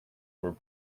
were